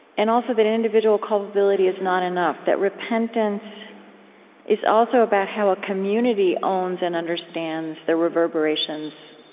and also, that individual culpability is not enough that repentance is also about how a community owns and understands the reverberations